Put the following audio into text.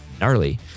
gnarly